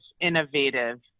innovative